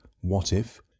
what-if